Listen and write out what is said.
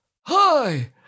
Hi